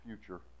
future